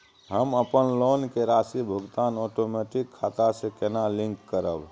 हम अपन लोन के राशि भुगतान ओटोमेटिक खाता से केना लिंक करब?